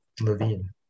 Levine